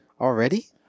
already